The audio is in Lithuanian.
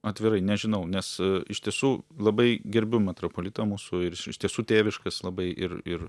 atvirai nežinau nes iš tiesų labai gerbiu metropolitą mūsų ir iš tiesų tėviškas labai ir ir